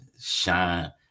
shine